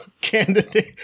candidate